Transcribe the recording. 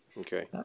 Okay